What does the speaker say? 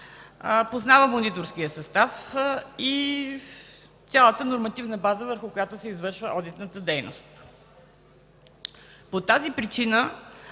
познавам одиторския състав и цялата нормативна база, върху която се извършва одитната дейност. Мое лично